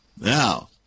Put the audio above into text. Now